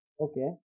okay